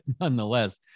nonetheless